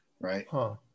right